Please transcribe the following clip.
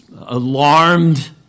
alarmed